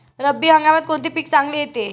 रब्बी हंगामात कोणते पीक चांगले येते?